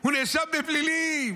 הוא נאשם בפלילים.